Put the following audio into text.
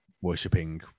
worshipping